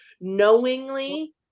knowingly